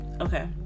okay